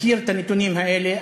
מכיר את הנתונים האלה.